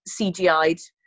CGI'd